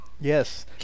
Yes